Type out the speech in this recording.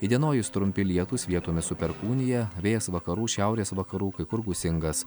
įdienojus trumpi lietūs vietomis su perkūnija vėjas vakarų šiaurės vakarų kai kur gūsingas